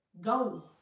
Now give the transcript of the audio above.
go